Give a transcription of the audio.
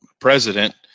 president